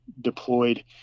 deployed